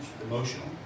emotional